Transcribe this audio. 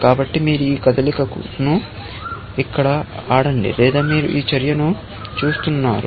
కాబట్టి మీరు ఈ కదలికను ఇక్కడ ఆడండి లేదా మీరు ఈ చర్యను చూస్తున్నారు